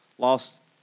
lost